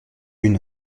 une